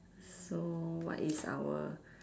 so what is our